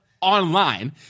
online